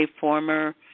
former